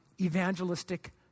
evangelistic